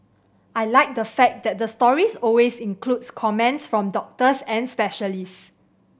I like the fact that the stories always includes comments from doctors and specialist